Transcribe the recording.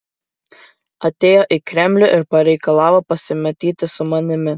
atėjo į kremlių ir pareikalavo pasimatyti su manimi